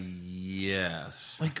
Yes